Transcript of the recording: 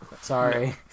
Sorry